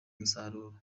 umusaruro